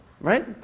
Right